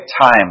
time